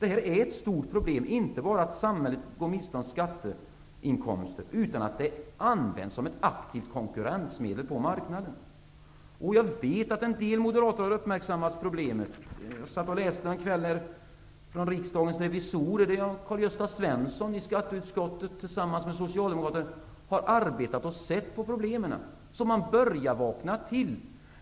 Detta är ett stort problem -- inte bara att samhället går miste om skatteinkomster, utan också att det används som ett aktivt konkurrensmedel på marknaden. Jag vet att en del moderater har uppmärksammat problemet. Jag läste häromkvällen något från Socialdemokraterna har arbetat med och sett problemen. Så man börjar vakna till.